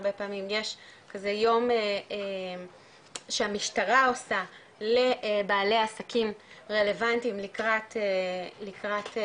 הרבה פעמים יש כזה יום שהמשטרה עושה לבעלי עסקים רלבנטיים לקראת אירועי